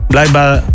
Blijkbaar